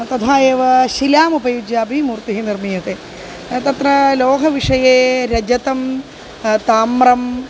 तथा एव शिलाम् उपयुज्य अपि मूर्तिः निर्मीयते तत्र लोहविषये रजतं ताम्रम्